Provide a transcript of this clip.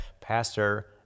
Pastor